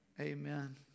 Amen